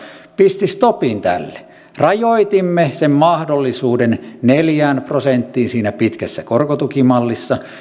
pisti stopin tälle rajoitimme sen mahdollisuuden neljään prosenttiin siinä pitkässä korkotukimallissa